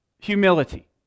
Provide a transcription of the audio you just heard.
Humility